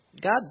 god